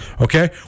Okay